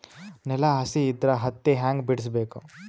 ನೆಲ ಹಸಿ ಇದ್ರ ಹತ್ತಿ ಹ್ಯಾಂಗ ಬಿಡಿಸಬೇಕು?